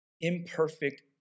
imperfect